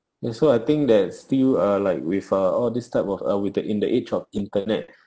and so I think that still uh like with uh all this type of uh with the in the age of internet